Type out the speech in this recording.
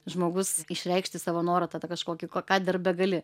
žmogus išreikšti savo norą tą tą kažkokį ko ką dar begali